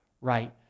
right